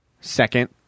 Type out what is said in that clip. Second